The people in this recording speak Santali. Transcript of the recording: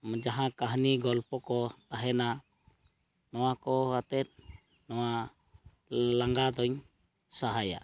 ᱡᱟᱦᱟᱸ ᱠᱟᱹᱦᱱᱤ ᱜᱚᱞᱯᱚ ᱠᱚ ᱛᱟᱦᱮᱱᱟ ᱱᱚᱣᱟ ᱠᱚ ᱟᱛᱮᱫ ᱱᱚᱣᱟ ᱞᱟᱸᱜᱟᱫᱩᱧ ᱥᱟᱦᱟᱭᱟ